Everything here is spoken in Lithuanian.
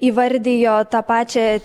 įvardijo tą pačią